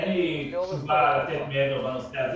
אין לי תשובה לתת בנושא זה.